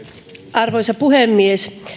arvoisa puhemies